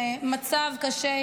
מצב קשה,